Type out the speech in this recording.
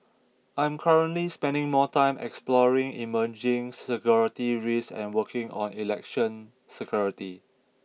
I'm currently spending more time exploring emerging security risks and working on election security